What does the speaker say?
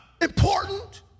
important